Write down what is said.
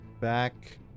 back